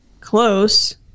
close